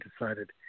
decided